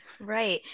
right